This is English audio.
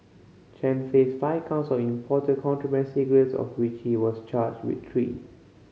Chen faced five counts importing contraband cigarettes of which he was charged with three